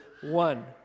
one